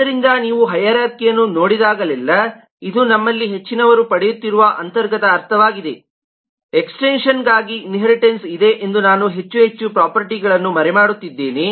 ಆದ್ದರಿಂದ ನೀವು ಹೈರಾರ್ಖಿಅನ್ನು ನೋಡಿದಾಗಲೆಲ್ಲಾ ಇದು ನಮ್ಮಲ್ಲಿ ಹೆಚ್ಚಿನವರು ಪಡೆಯುತ್ತಿರುವ ಅಂತರ್ಗತ ಅರ್ಥವಾಗಿದೆ ಎಕ್ಸ್ ಟೆನ್ಶನ್ಗಾಗಿ ಇನ್ಹೇರಿಟನ್ಸ್ ಇದೆ ಎಂದು ನಾನು ಹೆಚ್ಚು ಹೆಚ್ಚು ಪ್ರೊಪರ್ಟಿಗಳನ್ನು ಮರೆಮಾಡುತ್ತಿದ್ದೇನೆ